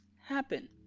happen